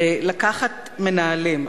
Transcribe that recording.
בלקחת מנהלים.